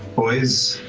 boys,